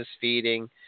feeding